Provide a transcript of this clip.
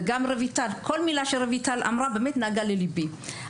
כל מילה שרויטל אמרה נגעה לליבי.